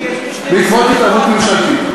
בעקבות התערבות ממשלתית.